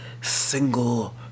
single